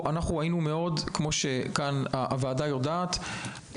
כמו שהוועדה כאן יודעת,